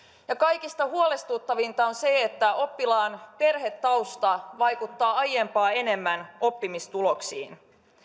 ja kaikista huolestuttavinta on se että oppilaan perhetausta vaikuttaa aiempaa enemmän oppimistuloksiin